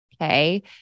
Okay